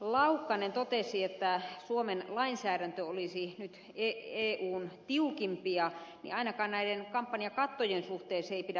laukkanen totesi että suomen lainsäädäntö olisi nyt eun tiukimpia niin ainakaan näiden kampanjakattojen suhteen se ei pidä paikkansa